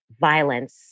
violence